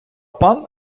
пан